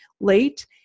late